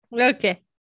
Okay